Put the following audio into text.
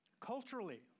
culturally